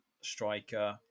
striker